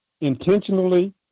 intentionally